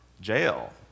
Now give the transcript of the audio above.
jail